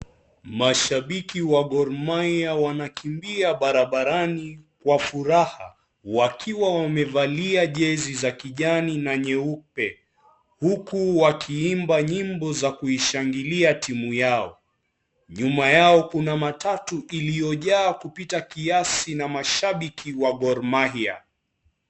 Mashabiki wa Gormahia wanakimbia barabarani kwa furaha, wakiwa wamevali jesi za kijani na nyeupe, huku wakiimba nyimbo za kushangilia timu yao, nyuma yao kuna matatu iliyo jaa kupita kiasi na mashabiki wa Gormahia.